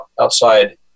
outside